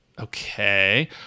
Okay